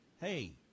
hey